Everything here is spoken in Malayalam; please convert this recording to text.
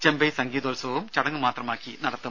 ചെമ്പൈ സംഗീതോത്സവവും ചടങ്ങ് മാത്രമാക്കി നടത്തും